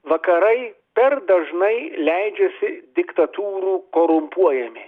vakarai per dažnai leidžiasi diktatūrų korumpuojami